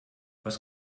was